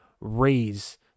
raise